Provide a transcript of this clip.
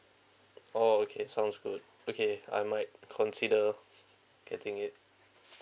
orh okay sounds good okay I might consider getting it